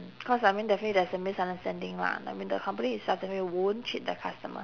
cause I mean definitely there's a misunderstanding lah I mean the company itself definitely won't cheat the customer